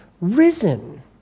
risen